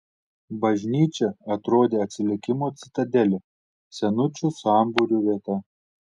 bažnyčia atrodė atsilikimo citadelė senučių sambūrių vieta